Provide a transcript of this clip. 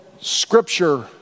scripture